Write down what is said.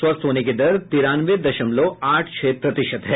स्वस्थ होने की दर तिरानवे दशमलव आठ छह प्रतिशत है